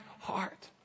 heart